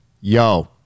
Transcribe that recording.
yo